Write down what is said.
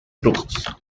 trucos